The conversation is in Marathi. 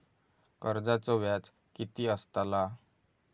कर्जाचो व्याज कीती असताला?